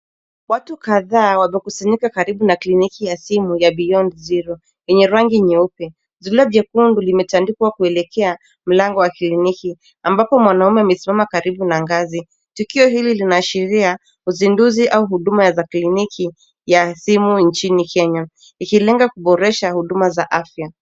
Watu kadhaa wamekusanyika karibu na kliniki ya simu ya Beyond zero yenye rangi nyeupe. Zulia jekundu limetandikwa kuelekea mlango wa kliniki ambapo mwanamume amesimama karibu na gazi. Tukio hili linaashiria uzinduzi au huduma za kliniki ya simu nchini Kenya ikilenga kuboresha huduma za afya,